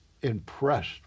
impressed